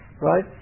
right